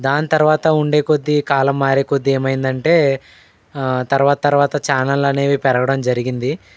దాని తర్వాత ఉండేకొద్దీ కాలం మారేకొద్దీ ఏమైందంటే తర్వాత తర్వాత ఛానల్ అనేవి పెరగడం జరిగింది